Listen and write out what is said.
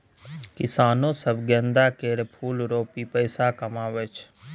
किसानो सब गेंदा केर फुल रोपि पैसा कमाइ छै